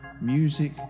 music